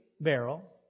beryl